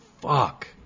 fuck